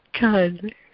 God